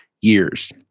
years